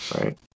Right